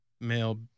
male